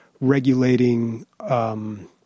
regulating